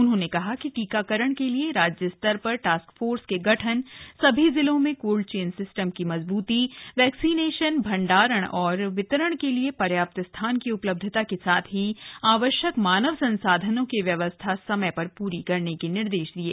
उन्होंने कहा कि टीकाकरण के लिए राज्य स्तर पर टास्क फोर्स के गठन सभी जिलों में कोल्ड चेन सिस्टम की मजबूती वैक्सीन भण्डारण और वितरण के लिए पर्याप्त स्थान की उपलब्धता के साथ ही आवश्यक मानव संसाधनों की व्यवस्था समय की पूरी करने के निर्देश दिये